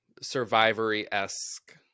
Survivory-esque